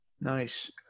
Nice